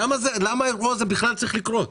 למה האירוע הזה בכלל צריך לקרות.